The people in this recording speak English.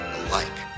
alike